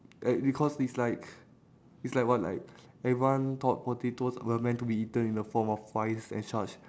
and because it's like it's like what like everyone thought potatoes were meant to be eaten in the form of rice and such